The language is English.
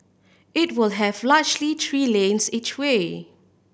it will have largely three lanes each way